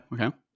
okay